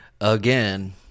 Again